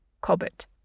Cobbett